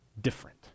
different